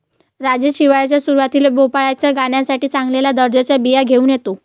राजेश हिवाळ्याच्या सुरुवातीला भोपळ्याच्या गाण्यासाठी चांगल्या दर्जाच्या बिया घेऊन येतो